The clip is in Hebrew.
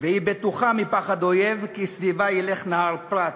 והיא בטוחה מפחד אויב, כי סביבה ילך נהר פרת,